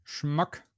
Schmuck